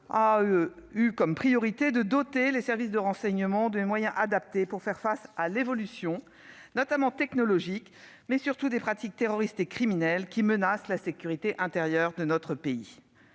du Sénat a été de doter les services des moyens adaptés pour faire face à l'évolution, notamment technologique, des pratiques terroristes et criminelles qui menacent la sécurité intérieure de notre pays.